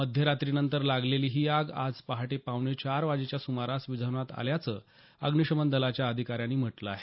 मध्यरात्रीनंतर लागलेली ही आग आज पहाटे पावणे चार वाजेच्या सुमारास विझवण्यात आल्याचं अग्निशमन दलाच्या अधिकाऱ्यांनी म्हटलं आहे